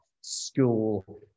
school